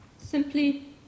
simply